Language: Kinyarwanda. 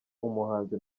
umuhanuzi